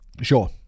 Sure